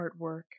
artwork